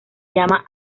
llama